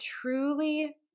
truly